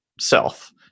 self